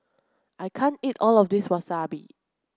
I can't eat all of this Wasabi